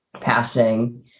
passing